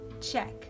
check